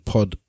Pod